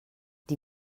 die